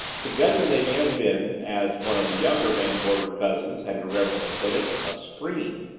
together they may have been, as one of the younger van gorder cousins had, irreverently put it, a scream,